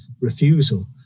refusal